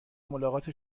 ملاقات